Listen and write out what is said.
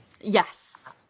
Yes